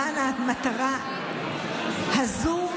למען המטרה הזו,